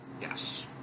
yes